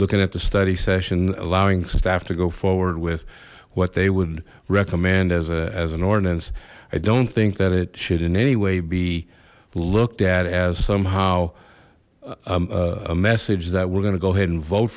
looking at the study session allowing the staff to go forward with what they would recommend as an ordinance i don't think that it should in any way be looked at as somehow a message that we're going to go ahead and vote